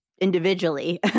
individually